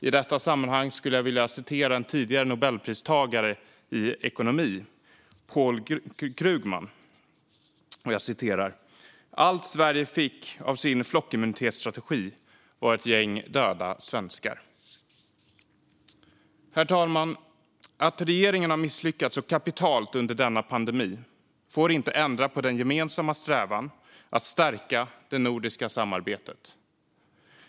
I detta sammanhang skulle jag vilja citera en tidigare Nobelpristagare i ekonomi, Paul Krugman: Allt Sverige fick av sin flockimmunitetsstrategi var ett gäng döda svenskar. Herr talman! Att regeringen har misslyckats så kapitalt under denna pandemi får inte ändra på den gemensamma strävan att stärka det nordiska samarbetet.